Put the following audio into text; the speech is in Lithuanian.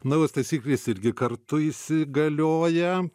naujos taisyklės irgi kartu įsigalioja